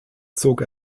zog